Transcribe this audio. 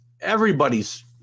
everybody's